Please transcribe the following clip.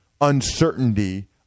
uncertainty